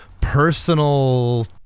personal